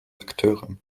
akteure